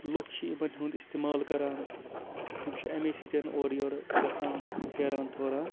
لُکھ چھِ یِمَن ہُنٛد اِستعمال کَران تِم چھِ اَمے سۭتۍ اورٕ یورٕ گژھان پھیران تھوران